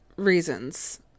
reasons